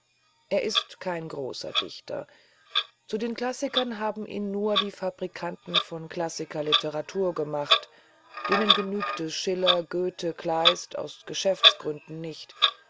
er ist kein großer dichter zu den klassikern haben ihn nur die fabrikanten von klassikerliteratur gemacht denen genügen schiller goethe kleist aus geschäftsgründen nicht